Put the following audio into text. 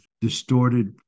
distorted